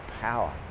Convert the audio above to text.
power